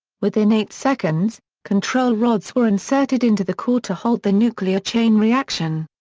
within eight seconds, control rods were inserted into the core to halt the nuclear chain reaction.